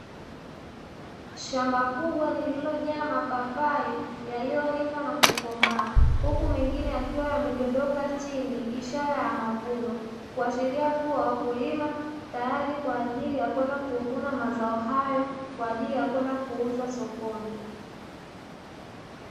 Shamba kubwa lililojaa mapapai yalioiva na kukomaa, huku mengine yakiwa yamedondoka chini, ishara ya mavuno; kuashiria kuwa wakulima tayari kwa ajili ya kwenda kuvuna mazao hayo, kwa ajili ya kwenda kuuza sokoni.